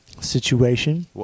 situation